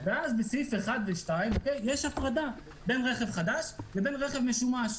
ואז בסעיף 1 ו-2 יש הפרדה בין רכב חדש לבין רכב משומש.